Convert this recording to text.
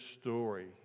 story